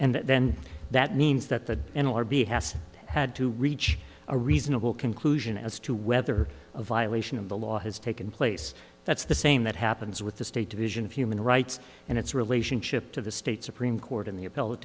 and then that means that the n l r b has had to reach a reasonable conclusion as to whether a violation of the law has taken place that's the same that happens with the state division of human rights and its relationship to the state supreme court in the appe